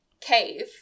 cave